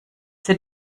für